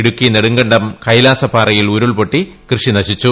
ഇടുക്കി നെടുങ്കണ്ടം കൈലാസപ്പാറയിൽ ഉരുൾപൊട്ടി കൃഷി നശിച്ചു